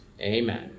Amen